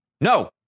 No